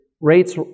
rates